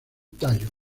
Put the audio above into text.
tallo